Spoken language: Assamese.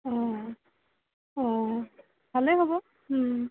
অঁ অঁ হ'লে হ'ব